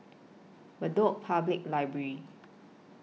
Bedok Public Library